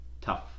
tough